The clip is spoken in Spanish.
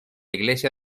iglesia